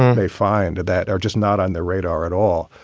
they find that are just not on their radar at all.